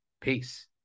peace